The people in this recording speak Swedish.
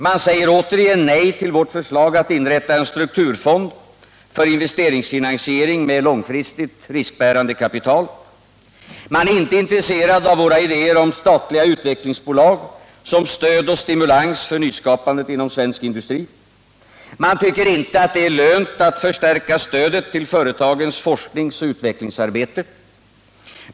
Man säger återigen nej till vårt förslag att inrätta en strukturfond för investeringsfinan siering med långfristigt, riskbärande kapital. Man är inte intresserad av våra idéer om statliga utvecklingsbolag som stöd och stimulans för nyskapandet inom svensk industri. Man tycker inte att det är lönt att förstärka stödet till företagens forskningsoch utvecklingsarbete.